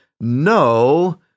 no